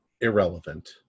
irrelevant